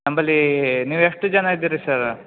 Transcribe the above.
ನಮ್ಮಲ್ಲಿ ನೀವು ಎಷ್ಟು ಜನ ಇದ್ದಿರಿ ರೀ ಸರ